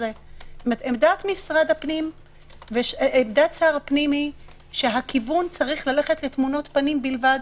עמדת שר הפנים היא שהכיוון צריך ללכת לתמונות פנים בלבד.